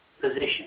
position